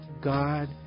God